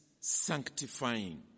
sanctifying